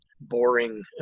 boring